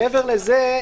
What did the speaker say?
מעבר לזה,